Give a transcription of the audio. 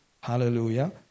Hallelujah